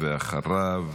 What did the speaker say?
ואחריו,